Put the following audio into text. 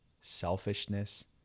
selfishness